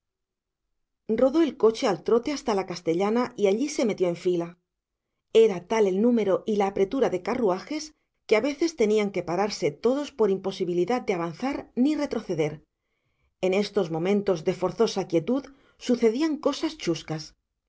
el coche al trote hasta la castellana y allí se metió en fila era tal el número y la apretura de carruajes que a veces tenían que pararse todos por imposibilidad de avanzar ni retroceder en estos momentos de forzosa quietud sucedían cosas chuscas